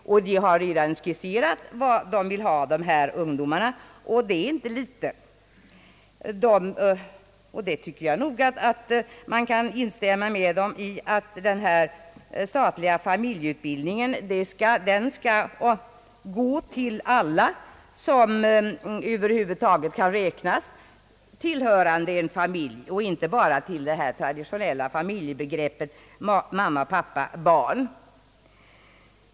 Dessa ungdomar har redan skisserat vad de vill ha, och det är inte litet. Man kan instämma med dem i att den statliga utbildningen skall ges till alla som över huvud taget kan räknas tillhöra en familj och inte bara till dem som ingår i det traditionella familjebegreppet pappa — mamma — barn.